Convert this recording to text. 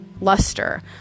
luster